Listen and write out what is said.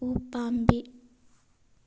ꯎꯄꯥꯝꯕꯤ